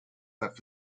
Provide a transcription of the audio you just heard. that